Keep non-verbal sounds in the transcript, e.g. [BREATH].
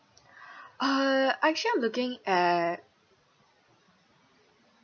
[BREATH] uh actually I'm looking at